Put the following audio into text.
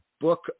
Book